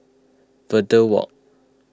Verde Walk